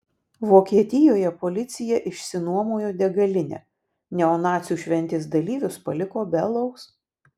vokietijoje policija išsinuomojo degalinę neonacių šventės dalyvius paliko be alaus